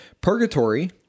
purgatory